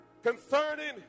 Concerning